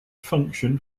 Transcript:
function